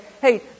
hey